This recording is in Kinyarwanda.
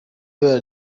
bara